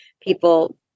people